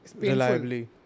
reliably